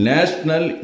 National